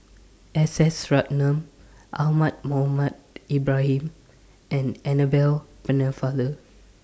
S S Ratnam Ahmad Mohamed Ibrahim and Annabel Pennefather